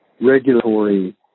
regulatory